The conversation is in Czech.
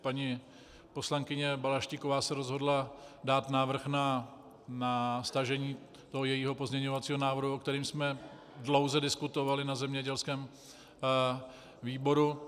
Paní poslankyně Balaštíková se rozhodla dát návrh na stažení svého pozměňovacího návrhu, o kterém jsme dlouze diskutovali na zemědělském výboru.